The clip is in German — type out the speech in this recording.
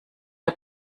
der